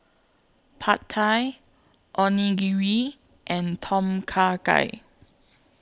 Pad Thai Onigiri and Tom Kha Gai